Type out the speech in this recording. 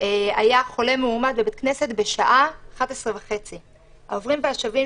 היה חולה מאומת בבית כנסת בשעה 11:30. העוברים והשבים